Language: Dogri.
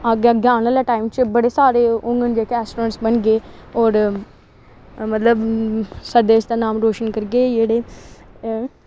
अग्गें अग्गें आने आह्ले टाईम च बड़े सारे होङन जेह्ड़े एस्ट्रोनॉट बनगे होर मतलब साढ़े देश दा नाम रोशन करगे जेह्ड़े